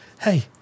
hey